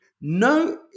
no